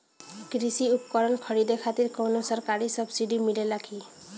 कृषी उपकरण खरीदे खातिर कउनो सरकारी सब्सीडी मिलेला की?